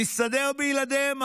"נסתדר בלעדיהם",